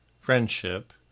friendship